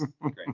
great